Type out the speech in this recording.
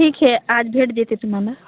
ठीक आहे आज भेट देते तुम्हाला